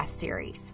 series